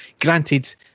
granted